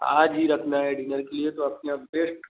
आज ही रखना है डिनर के लिए तो आपके यहाँ बेस्ट